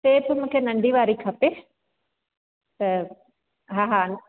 tape मूंखे नंढी वारी खपे त हा हा